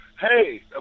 Hey